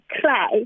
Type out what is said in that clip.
cry